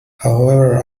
however